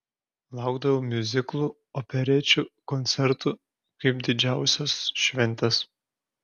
laukdavau miuziklų operečių koncertų kaip didžiausios šventės